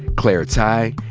claire tighe,